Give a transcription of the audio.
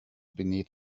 beneath